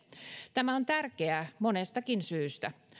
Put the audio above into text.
tämä on tärkeää monestakin syystä